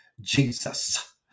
Jesus